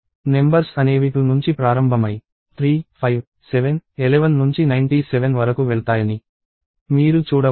numbers అనేవి 2 నుంచి ప్రారంభమై 3 5 7 11 నుంచి 97 వరకు వెళ్తాయని మీరు చూడవచ్చు